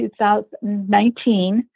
2019